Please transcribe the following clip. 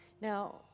Now